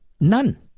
None